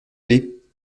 aller